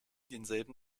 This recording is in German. denselben